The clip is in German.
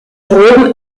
rom